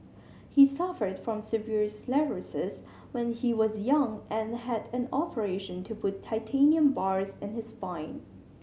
he suffered from severe sclerosis when he was young and had an operation to put titanium bars in his spine